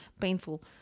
Painful